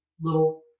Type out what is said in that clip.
little